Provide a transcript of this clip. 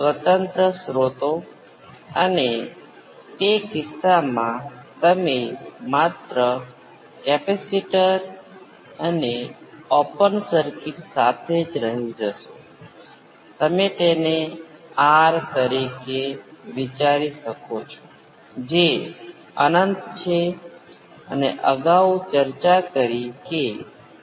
પરંતુ તેથી આ j જે 1 નું વર્ગમૂળ છે મારા રિસ્પોન્સનો પ્રકાર બે વસ્તુઓને અલગ રાખે છે તમે તેમને એક એક્સ્પોનેંસિયલમાં જોડી શકો છો પરંતુ હજી પણ વાસ્તવિક અને કાલ્પનિક ભાગો તરીકે અલગ છે